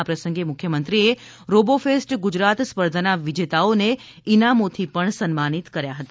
આ પ્રસંગે મુખ્યમંત્રીએ રોબોફેસ્ટ ગુજરાત સ્પર્ધાના વિજેતાઓને ઇનામોથી પણ સન્માનિત કર્યા હતા